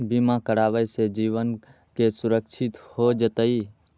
बीमा करावे से जीवन के सुरक्षित हो जतई?